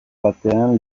batean